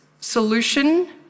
solution